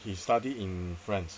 he study in france